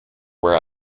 where